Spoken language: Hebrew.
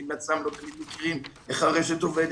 כי הם בעצמם לא תמיד מכירים איך הרשת עובדת.